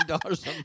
dollars